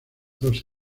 dos